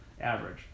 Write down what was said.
average